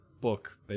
book